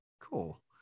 Cool